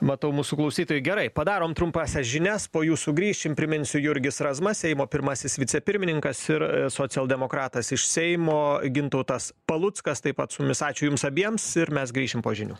matau mūsų klausytojai gerai padarom trumpąsias žinias po jų sugrįšim priminsiu jurgis razma seimo pirmasis vicepirmininkas ir socialdemokratas iš seimo gintautas paluckas taip pat su mumis ačiū jums abiems ir mes grįšim po žinių